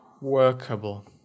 workable